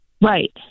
Right